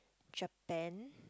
Japan